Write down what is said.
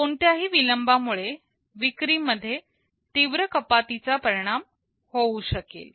कोणत्याही विलंबामुळे विक्री मध्ये तीव्र कपातीचा परिणाम होऊ शकेल